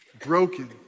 broken